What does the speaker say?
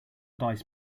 dice